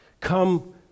come